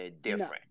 different